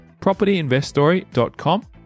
PropertyInvestStory.com